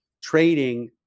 trading